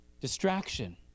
distraction